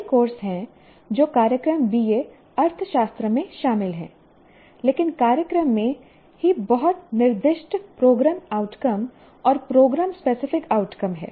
कई कोर्स हैं जो कार्यक्रम BA अर्थशास्त्र में शामिल हैं लेकिन कार्यक्रम में ही बहुत निर्दिष्ट प्रोग्रामआउटकम और प्रोग्राम स्पेसिफिक आउटकम हैं